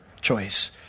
choice